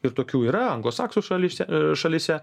ir tokių yra anglosaksų šalyse šalyse